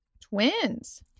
Twins